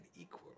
equal